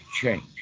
change